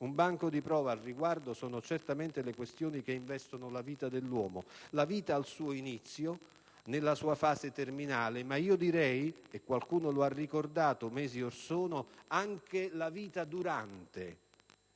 Un banco di prova, al riguardo, sono certamente le questioni che investono la vita dell'uomo, la vita al suo inizio, nella sua fase terminale ma io direi - e qualcuno lo ha ricordato mesi or sono - anche la vita durante,